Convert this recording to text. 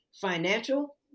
financial